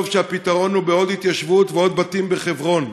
שהפתרון הוא בעוד התיישבות ועוד בתים בחברון.